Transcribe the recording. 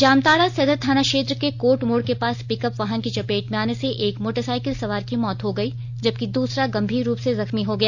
जामताड़ा सदर थाना क्षेत्र के कोर्ट मोड़ के पास पिकअप वाहन की चपेट में आने से एक मोटरसाइकिल सवार की मौत हो गई जबकि दूसरा गंभीर रूप से जख्मी हो गया